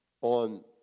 on